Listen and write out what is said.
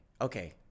Okay